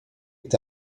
est